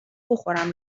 بخورم